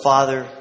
Father